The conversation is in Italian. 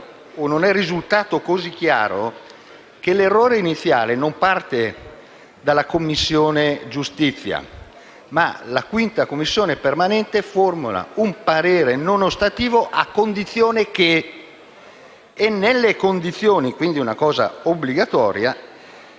non è risultato così chiaro che l'errore iniziale non parte dalla Commissione giustizia. La Commissione bilancio formula un parere non ostativo «a condizione che». Nelle condizioni - parliamo quindi di una cosa obbligatoria